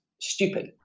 stupid